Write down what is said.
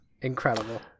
incredible